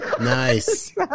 nice